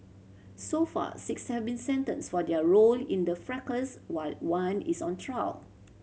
so far six have been sentenced for their role in the fracas while one is on trial